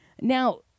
Now